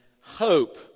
hope